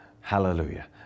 Hallelujah